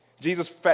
Jesus